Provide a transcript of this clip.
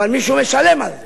אבל מישהו משלם על זה.